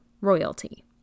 royalty